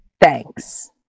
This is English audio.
Thanks